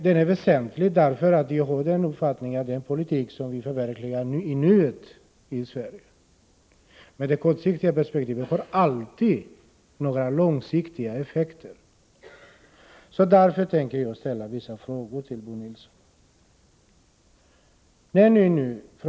De är väsentliga därför att jag har den uppfattningen att den politik som ni i nuet — med ett kortsiktigt perspektiv — förverkligar i Sverige också, som alltid har långsiktiga effekter. Därför tänker jag ställa vissa frågor till Bo Nilsson.